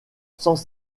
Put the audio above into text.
sans